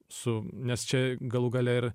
su nes čia galų gale ir